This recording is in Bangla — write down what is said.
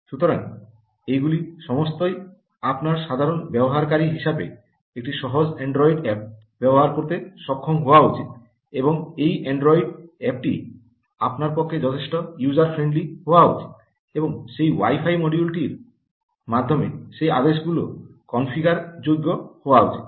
সুতরাং এগুলি সমস্তই আপনার সাধারণ ব্যবহারকারী হিসাবে একটি সহজ অ্যান্ড্রয়েড অ্যাপ্ ব্যবহার করতে সক্ষম হওয়া উচিত এবং সেই অ্যান্ড্রয়েড অ্যাপটি আপনার পক্ষে যথেষ্ট ইউজার ফ্রেন্ডলি হওয়া উচিত এবং সেই ওয়াই ফাই মডিউলটির মাধ্যমে সেই আদেশগুলি কনফিগার যোগ্য হওয়া উচিত